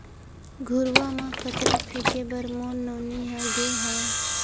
घुरूवा म कचरा फेंके बर मोर नोनी ह गे हावय